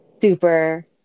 super